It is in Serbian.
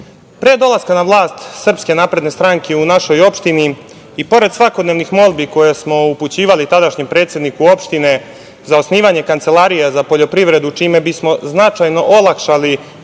dolaska na vlast SNS u našoj opštini i pored svakodnevnih molbi koje smo upućivali tadašnjem predsedniku opštine za osnivanje kancelarije za poljoprivredu, čime bi smo značajno olakšali